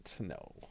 no